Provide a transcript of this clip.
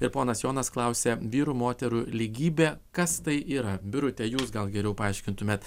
ir ponas jonas klausė vyrų moterų lygybė kas tai yra birute jūs gal geriau paaiškintumėt